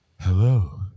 Hello